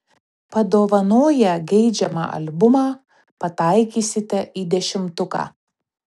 padovanoję geidžiamą albumą pataikysite į dešimtuką